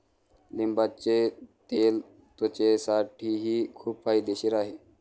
लिंबाचे तेल त्वचेसाठीही खूप फायदेशीर आहे